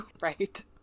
Right